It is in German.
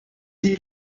die